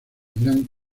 islam